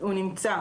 הוא נמצא.